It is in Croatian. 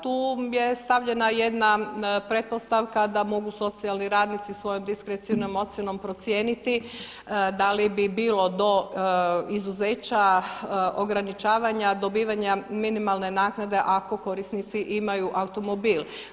Tu je stavljena jedna pretpostavka da mogu socijalni radnici svojom diskrecionom ocjenom procijeniti da li bi bilo do izuzeća ograničavanja dobivanja minimalne naknade ako korisnici imaju automobil.